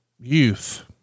youth